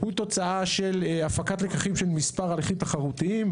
תוצאה של הפקת לקחים של מספר הליכים תחרותיים.